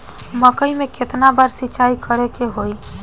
मकई में केतना बार सिंचाई करे के होई?